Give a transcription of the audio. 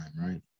right